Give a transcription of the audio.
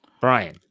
Brian